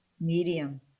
medium